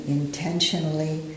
intentionally